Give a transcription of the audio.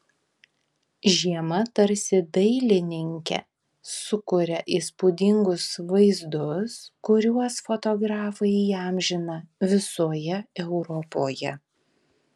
žiema tarsi dailininke sukuria įspūdingus vaizdus kuriuos fotografai įamžina visoje europoje